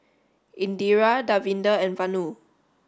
Indira Davinder and Vanu